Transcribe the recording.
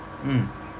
mm